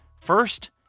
First